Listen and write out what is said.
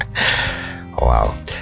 Wow